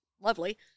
lovely